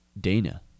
Dana